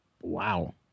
Wow